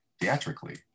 theatrically